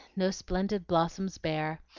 no splendid blossoms bear,